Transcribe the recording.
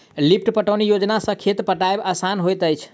lift पटौनी योजना सॅ खेत पटायब आसान होइत अछि